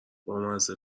بامزه